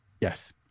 Yes